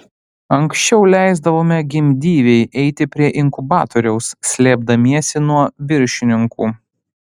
anksčiau leisdavome gimdyvei eiti prie inkubatoriaus slėpdamiesi nuo viršininkų